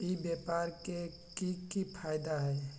ई व्यापार के की की फायदा है?